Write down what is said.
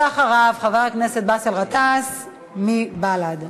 אחריו, חבר הכנסת באסל גטאס מבל"ד.